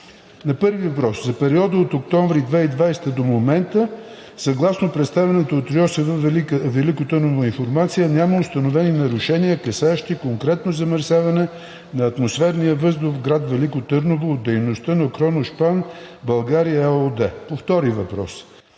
На първия въпрос. За периода от октомври 2020 г. до момента съгласно представената от РИОСВ – Велико Търново информация няма установени нарушения, касаещи конкретно замърсяване на атмосферния въздух в град Велико Търново от дейността на „Кроношпан България“ ЕООД. По втория въпрос.